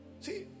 See